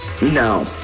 No